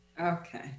Okay